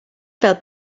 fel